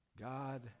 God